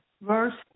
verse